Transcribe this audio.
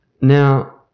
Now